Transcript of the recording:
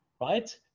right